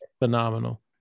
phenomenal